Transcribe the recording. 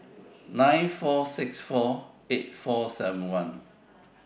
nine four six four eight four seven one